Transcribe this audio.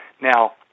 Now